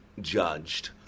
judged